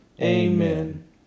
Amen